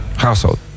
household